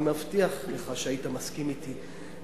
אני מבטיח לך שהיית מסכים אתי.